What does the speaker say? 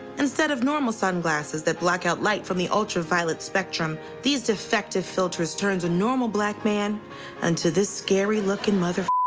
instead of normal sunglasses that block out light from the ultraviolet spectrum, these defective filters turns a normal black man into this scary looking mother